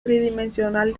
tridimensional